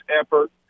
effort